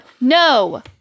No